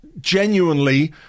genuinely